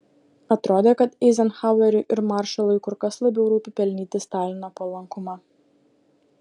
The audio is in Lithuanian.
atrodė kad eizenhaueriui ir maršalui kur kas labiau rūpi pelnyti stalino palankumą